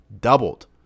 doubled